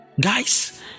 guys